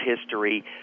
history